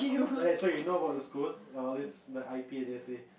alright so you know about the school all this like I_P and D_S_A